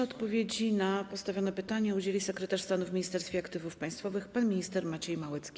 Odpowiedzi na postawione pytania udzieli sekretarz stanu w Ministerstwie Aktywów Państwowych pan minister Maciej Małecki.